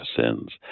sins